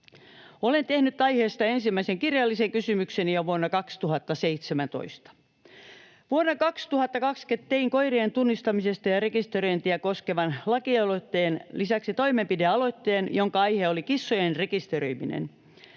Olen tehnyt aiheesta ensimmäisen kirjallisen kysymykseni jo vuonna 2017. Vuonna 2020 tein koirien tunnistamista ja rekisteröintiä koskevan lakialoitteen lisäksi toimenpidealoitteen, jonka aihe oli kissojen rekisteröiminen.